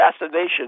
assassination